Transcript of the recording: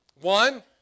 One